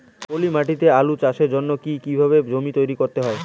পলি মাটি তে আলু চাষের জন্যে কি কিভাবে জমি তৈরি করতে হয়?